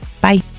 Bye